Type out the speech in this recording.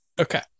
Okay